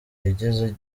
igihe